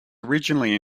originally